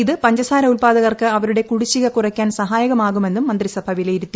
ഇത് പഞ്ചസാര ഉത്പാദകർക്ക് അവരുടെ കൂടിശിക കുറയ്ക്കാൻ സഹായകമാകുമെന്നും മന്ത്രിസഭ്രൂ വിലയിരുത്തി